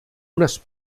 unes